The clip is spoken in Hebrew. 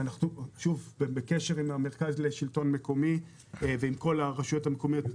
ואנחנו בקשר עם מרכז השלטון המקומי ועם כל הרשויות המקומיות.